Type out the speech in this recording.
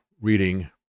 reading